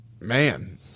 Man